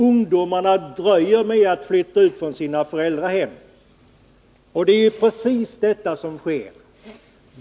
Ungdomarna dröjer med att flytta från sina föräldrahem. Det är precis detta som sker.